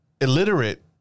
illiterate